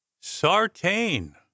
Sartain